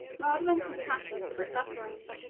rather than compassion for the suffering,